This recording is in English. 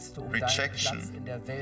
rejection